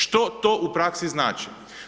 Što to u praksi znači?